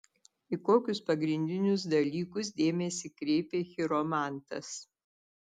į kokius pagrindinius dalykus dėmesį kreipia chiromantas